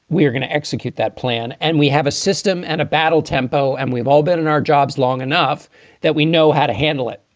we're going to execute that plan. and we have a system and a battle tempo. and we've all been in our jobs long enough that we know how to handle it.